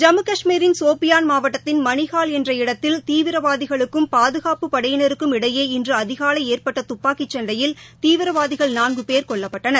ஜம்மு கஷ்மீரின் சோபியான் மாவட்டத்தின் மளிகால் என்ற இடத்தில் தீவிரவாதிகளுக்கும் பாதுகாப்புப் படையினருக்கும் இடையே இன்றுஅதிகாலைஏற்பட்டதுப்பாக்கிசண்டையில் தீவிரவாதிகள் நான்குபேர் கொல்லப்பட்டனர்